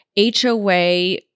HOA